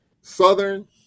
Southern